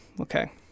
okay